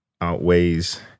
outweighs